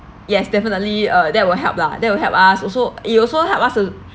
yes definitely uh that will help lah that will help us also you also help us to